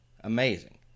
amazing